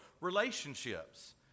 Relationships